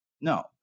No